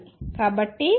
కాబట్టి ABC రెండవ విషయం